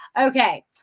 Okay